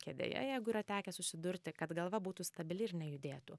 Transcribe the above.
kėdėje jeigu yra tekę susidurti kad galva būtų stabili ir nejudėtų